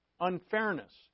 unfairness